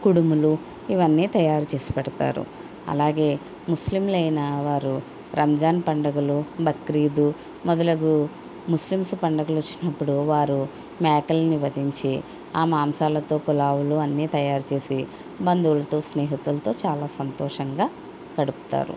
కుడుములు ఇవన్నీ తయారు చేసి పెడతారు అలాగే ముస్లింలైన వారు రంజాన్ పండుగలు బక్రీదు మొదలగు ముస్లిమ్స్ పండుగలు వచ్చినప్పుడు వారు మేకలని వదించి ఆ మాంసాలతో పలావులు అన్ని తయారు చేసి బంధువులతో స్నేహితులతో చాలా సంతోషంగా గడుపుతారు